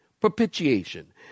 propitiation